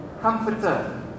comforter